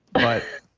but